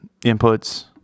inputs